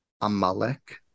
Amalek